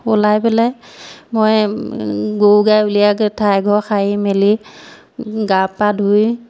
ওলাই পেলাই মই গৰু গাই উলিয়াই ঠাই ঘৰ সাৰি মেলি গা পা ধুই